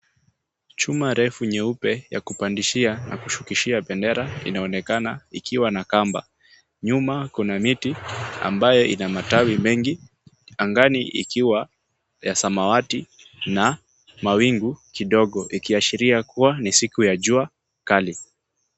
Chuma refu nyeupe ya kupandishia na kushukishia bendera inaonekana ikiwa na kamba. Nyuma kuna miti ambayo ina matawi mengi. Angani ikiwa ya samawati na mawingu kidogo ikiashiria kuwa ni siku ya jua kali.